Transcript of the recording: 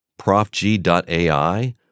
ProfG.ai